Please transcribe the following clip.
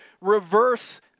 reverse